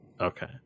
Okay